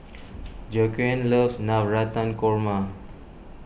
Joaquin loves Navratan Korma